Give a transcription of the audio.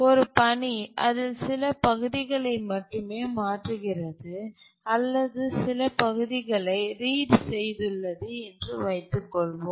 ஒரு பணி அதில் சில பகுதிகளை மட்டுமே மாற்றுகிறது அல்லது சில பகுதிகளைப் ரீட் செய்துள்ளது என்று வைத்துக்கொள்வோம்